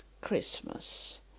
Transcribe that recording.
Christmas